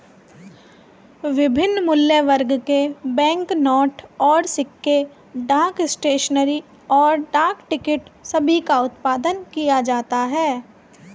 विभिन्न मूल्यवर्ग के बैंकनोट और सिक्के, डाक स्टेशनरी, और डाक टिकट सभी का उत्पादन किया जाता है